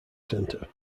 centre